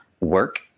work